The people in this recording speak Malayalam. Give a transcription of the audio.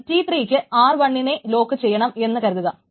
ഇനി T3 ക്ക് r1നെ ലോക്ക് ചെയ്യണം എന്നു കരുതുക